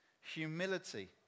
humility